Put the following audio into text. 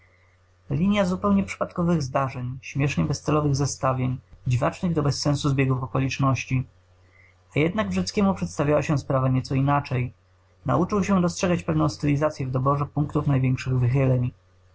linia zupełnie przypadkowych zdarzeń śmiesznie bezcelowych zestawień dziwacznych do bezsensu zbiegów okoliczności a jednak wrzeckiemu przedstawiała się sprawa nieco inaczej nauczył się dostrzegać pewną stylizacyę w doborze punktów największych